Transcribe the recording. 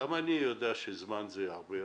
גם אני יודע שזמן זה הרבה.